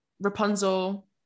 Rapunzel